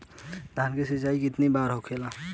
धान क सिंचाई कितना बार होला?